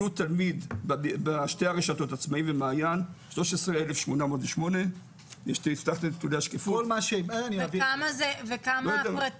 עלות תלמיד בשתי הרשתות עצמאי ומעיין 13,808. וכמה הפרטי?